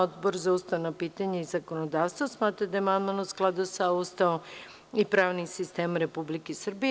Odbor za ustavna pitanja i zakonodavstvo smatra da je amandman u skladu sa Ustavom i pravnim sistemom Republike Srbije.